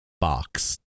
box